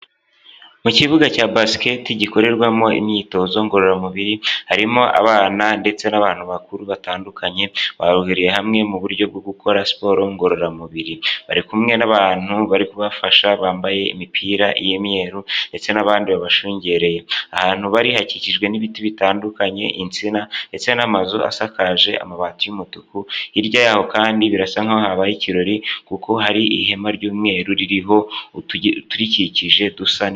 Mu kibuga cya basiketi gikorerwamo imyitozo ngororamubiri harimo abana ndetse n'abantu bakuru batandukanye barohereye hamwe mu buryo bwo gukora siporo ngororamubiri, bari kumwe n'abantu bari kubafasha bambaye imipira y'imweruru ndetse n'abandi babashungereye, ahantu bari hakijwe n'ibiti bitandukanye insina ndetse n'amazu asakaje amabati y'umutuku hirya yaho kandi birasa nk'aho habaye ikirori kuko hari ihema ry'umweru ririho uturikikije dusa...